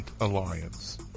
Alliance